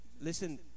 listen